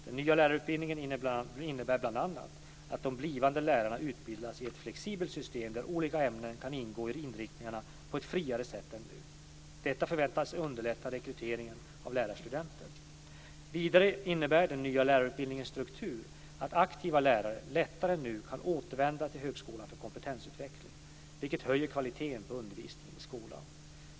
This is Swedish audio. Den nya lärarutbildningen innebär bl.a. att de blivande lärarna utbildas i ett flexibelt system där olika ämnen kan ingå i inriktningar på ett friare sätt än nu. Detta förväntas underlätta rekryteringen av lärarstudenter. Vidare innebär den nya lärarutbildningens struktur att aktiva lärare lättare än nu kan återvända till högskolan för kompetensutveckling, vilket höjer kvaliteten på undervisningen i skolan.